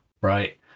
Right